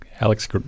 Alex